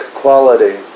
quality